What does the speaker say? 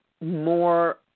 more